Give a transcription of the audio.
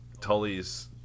Tully's